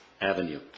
Avenue